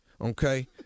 okay